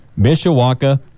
Mishawaka